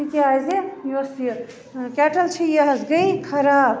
تِکیٛازِ یۄس یہِ کٮ۪ٹٕل چھِ یہِ حظ گٔے خراب